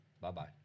Bye-bye